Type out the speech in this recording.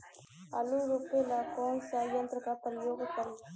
आलू रोपे ला कौन सा यंत्र का प्रयोग करी?